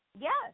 Yes